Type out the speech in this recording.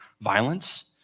violence